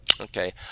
Okay